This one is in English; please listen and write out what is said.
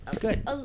Good